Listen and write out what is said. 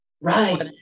Right